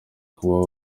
kuba